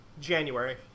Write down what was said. January